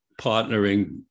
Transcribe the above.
partnering